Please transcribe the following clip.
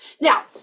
now